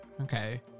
Okay